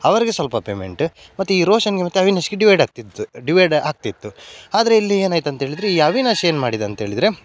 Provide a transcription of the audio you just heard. ಅವರಿಗೆ ಸ್ವಲ್ಪ ಪೇಮೆಂಟು ಮತ್ತು ಈ ರೋಷನ್ಗೆ ಮತ್ತು ಅವಿನಾಶ್ಗೆ ಡಿವೈಡ್ ಆಗ್ತಿತ್ತು ಡಿವೈಡ್ ಆಗ್ತಿತ್ತು ಆದರೆ ಇಲ್ಲಿ ಏನಾಯ್ತು ಅಂತ ಹೇಳಿದರೆ ಈ ಅವಿನಾಶ್ ಏನು ಮಾಡಿದ ಅಂತ ಹೇಳಿದರೆ